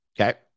Okay